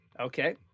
Okay